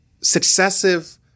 successive